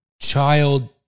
child